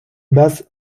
без